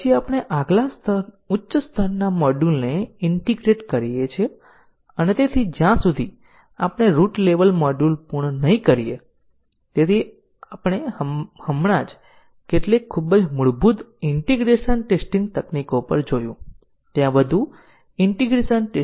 આપણે આ તમામ પરિવર્તિત કાર્યક્રમોને એક સાધન દ્વારા જનરેટ કરી શકીએ છીએ અને તે પણ આપણે તમામ ટેસ્ટીંગ કેસો ચલાવી શકીએ છીએ અને તપાસ કરી શકીએ છીએ કે આ પાસ થઈ રહ્યા છે કે નિષ્ફળ રહ્યા છે અને મ્યુટેશન ટેસ્ટીંગ ટેકનીક ઓટોમેશન માટે યોગ્ય છે